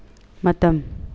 ꯃꯇꯝ